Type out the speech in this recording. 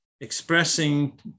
expressing